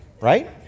right